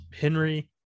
Henry